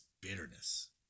bitterness